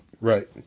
right